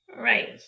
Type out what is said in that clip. Right